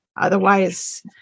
otherwise